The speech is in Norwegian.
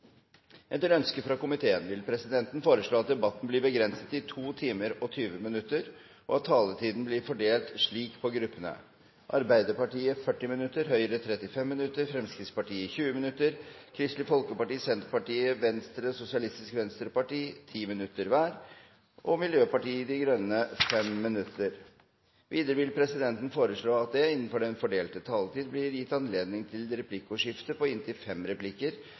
Etter ønske fra kommunal- og forvaltningskomiteen vil presidenten foreslå at debatten blir begrenset til 2 timer og 20 minutter, og at taletiden blir fordelt slik på gruppene: Arbeiderpartiet 40 minutter, Høyre 35 minutter, Fremskrittspartiet 20 minutter, Kristelig Folkeparti, Senterpartiet, Venstre og Sosialistisk Venstreparti 10 minutter hver og Miljøpartiet De Grønne 5 minutter. Videre vil presidenten foreslå at det blir gitt anledning til replikkordskifte på inntil fem replikker